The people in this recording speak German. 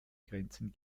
grenzen